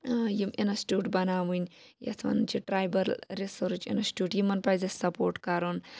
یِم اِنَسٹیوٹ بَناوِنۍ یَتھ وَنان چھِ ٹرایبَل رِسیٚرٕچ اِنَسٹیوٹ یِمَن پَزِ اسہِ سَپوٹ کَرُن